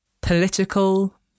political